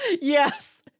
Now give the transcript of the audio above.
Yes